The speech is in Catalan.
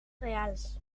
reals